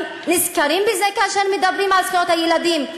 נזכרים בזה כאשר מדברים על זכויות הילדים?